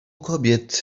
kobiet